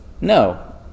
No